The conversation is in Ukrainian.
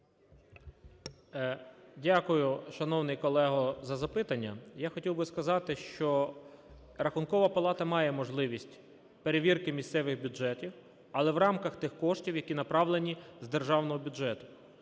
Дякую, шановний колего, за запитання. Я хотів би сказати, що Рахункова палата має можливість перевірки місцевих бюджетів, але в рамках тих коштів, які направлені з державного бюджету.